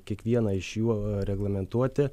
kiekvieną iš jų reglamentuoti